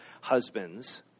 husbands